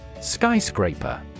Skyscraper